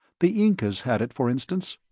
the incas had it, for instance.